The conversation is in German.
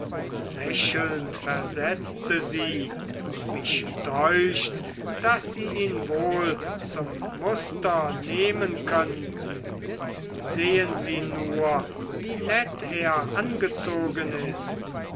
lächelnd versetzte sie mich deucht daß sie ihn wohl zum muster nehmen könnten sehn sie nur wie nett er angezogen ist